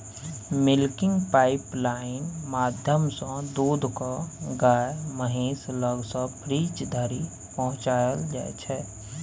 milking pipeline माध्यमसँ दुध केँ गाए महीस लग सँ फ्रीज धरि पहुँचाएल जाइ छै